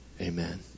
Amen